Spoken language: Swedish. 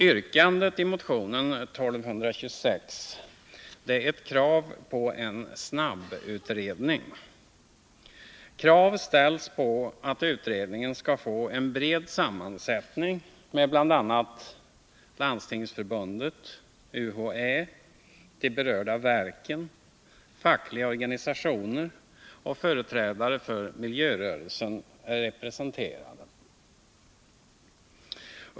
Yrkandet i motionen 1226 är ett krav på en snabbutredning. Krav ställs på att utredningen skall få en bred sammansättning med bl.a. Landstingsförbundet, UHÄ, de berörda verken, fackliga organisationer och företrädare för miljörörelsen representerade.